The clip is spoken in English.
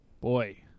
Boy